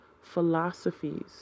philosophies